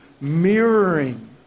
mirroring